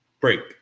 Break